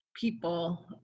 people